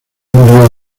murió